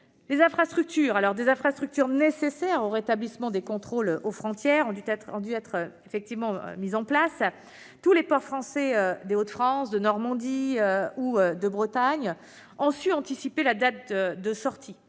Les infrastructures nécessaires au rétablissement des contrôles aux frontières ont été installées. Tous les ports français des Hauts-de-France, de Normandie ou de Bretagne ont su anticiper la date de sortie